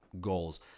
goals